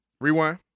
rewind